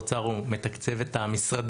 משרד האוצר מתקצב את המשרדים,